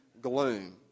gloom